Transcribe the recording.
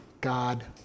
God